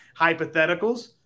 hypotheticals